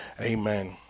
Amen